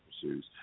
pursues